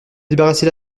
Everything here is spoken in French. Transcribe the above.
débarrassez